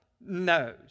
knows